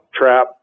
trap –